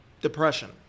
depression